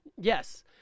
Yes